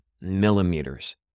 millimeters